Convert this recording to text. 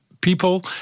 people